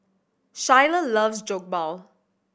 Schuyler loves Jokbal